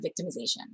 victimization